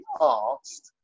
asked